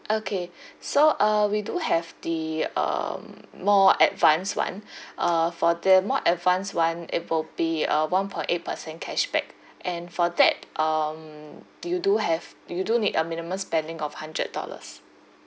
okay so uh we do have the um more advanced [one] uh for the more advanced [one] it will be a one point eight percent cashback and for that um do you do have you do need a minimum spending of hundred dollars